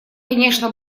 конечно